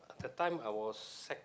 the time I was sec